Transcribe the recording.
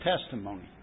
testimony